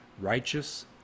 righteous